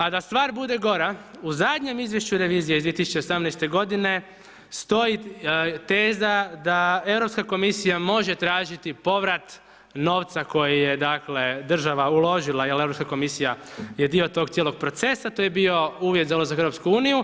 A da stvar bude gora, u zadnjem izvješću revizije iz 2017. g. stoji teza da Europska komisija može tražiti povrat novca koji je dakle država uložila jer Europska komisija je dio tog cijelog procesa, to je bio uvjet za ulazak u EU.